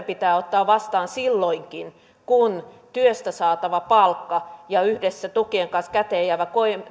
pitää ottaa vastaan silloinkin kun työstä saatava palkka ja yhdessä tukien kanssa käteenjäävä